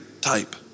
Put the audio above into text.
type